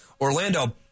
Orlando